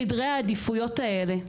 סדרי העדיפויות האלה,